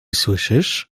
słyszysz